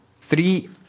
Three